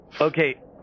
Okay